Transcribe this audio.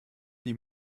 die